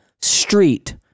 street